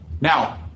Now